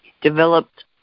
developed